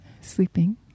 sleeping